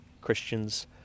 Christians